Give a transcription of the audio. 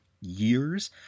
years